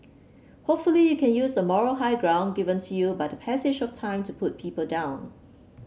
hopefully you can use a moral high ground given to you but the passage of time to put people down